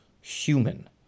human